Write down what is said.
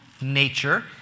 nature